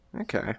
Okay